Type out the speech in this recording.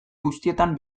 guztietan